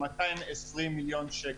220 מיליון שקל.